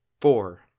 Four